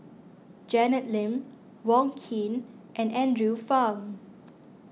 Janet Lim Wong Keen and Andrew Phang